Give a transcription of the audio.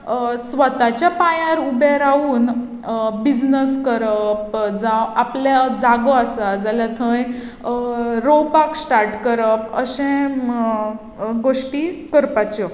स्वताच्या पांयार उबें रावन बिजनेस करप जावं आपल्या जागो आसा जाल्यार थंय रोवपाक स्टाट करप अशें गोष्टी करपाच्यो